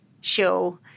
show